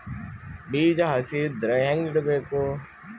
ಬೀಜ ಹಸಿ ಇದ್ರ ಹ್ಯಾಂಗ್ ಇಡಬೇಕು?